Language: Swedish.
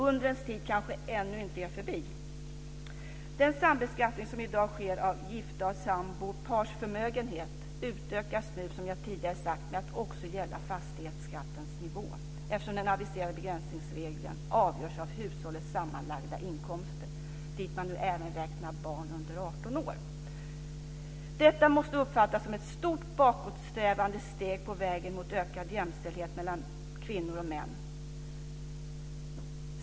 Undrens tid kanske ännu inte är förbi. Den sambeskattning som i dag sker av giftas och sambors förmögenhet utökas nu, som jag tidigare sagt, till att också gälla fastighetsskattens nivå, eftersom den aviserade begränsningsregeln avgörs av hushållets sammanlagda inkomster. Här räknas nu även barn under 18 år med. Detta måste uppfattas som ett stort bakåtsträvande steg på vägen mot ökad jämställdhet mellan kvinnor och män.